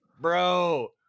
bro